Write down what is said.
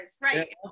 right